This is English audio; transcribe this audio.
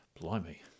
blimey